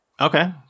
Okay